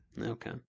Okay